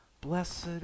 Blessed